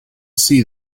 see